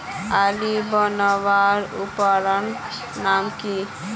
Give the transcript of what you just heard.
आली बनवार उपकरनेर नाम की?